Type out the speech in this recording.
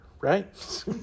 right